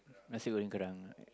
nasi-goreng Garang right